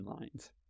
lines